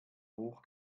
hoch